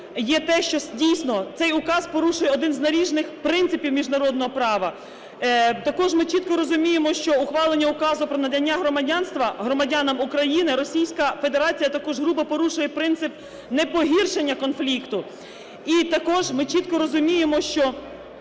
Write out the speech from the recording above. є те, що, дійсно, цей указ порушує один з наріжних принципів міжнародного права. Також ми чітко розуміємо, що ухвалення указу про надання громадянства громадянам України Російська Федерація також грубо порушує принцип непогіршення конфлікту. І також ми чітко розуміємо, що